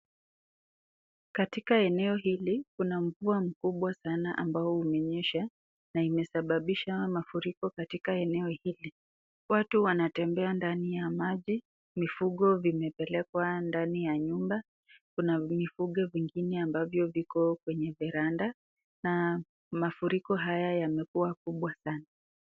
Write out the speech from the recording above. Katika eneo hili kuna mvua kubwa sana ambao umenyesha na imesababisha mafuriko katika eneo hii, watu wanatembea ndani ya maji mifugo zimepelekwa ndani ya nyumba kuna mifugo wengine ambavyo viko kwenye veranda na mafuriko haya yamekuwa kuwa sana.